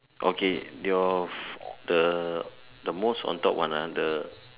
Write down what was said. okay your the the most on top one ah the